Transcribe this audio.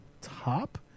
top